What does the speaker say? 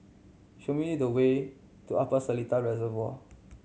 show me the way to Upper Seletar Reservoir